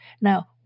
Now